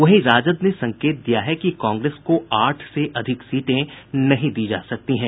वहीं राजद ने संकेत दिया है कि कांग्रेस को आठ से अधिक सीटें नहीं दी जा सकती है